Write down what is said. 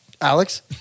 Alex